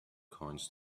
coins